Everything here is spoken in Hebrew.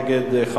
נגד,